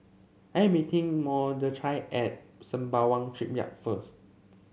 I am meeting Mordechai at Sembawang Shipyard first